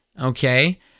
okay